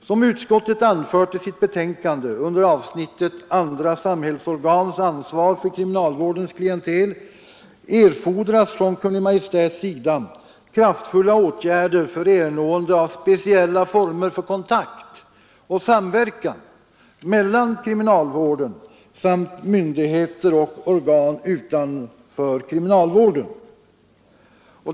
Som utskottet anfört i sitt betänkande under avsnittet Andra samhällsorgans ansvar för kriminalvårdens klientel erfordras från Kungl. Maj:ts sida kraftfulla åtgärder för ernående av speciella former för kontakt och samverkan mellan kriminalvården samt myndigheter och organ utanför kriminalvården.